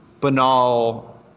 banal